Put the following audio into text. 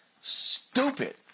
stupid